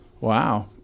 Wow